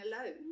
alone